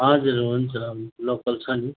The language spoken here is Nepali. हजुर हुन्छ हुन्छ लोकल छ नि